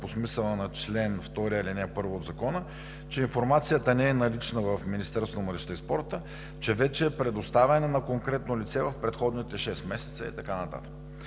по смисъла на чл. 2, ал. 1 от Закона, че информацията не е налична в Министерството на младежта и спорта, че вече е предоставена на конкретно лице в предходните шест месеца и така нататък.